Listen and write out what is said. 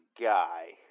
guy